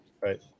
Right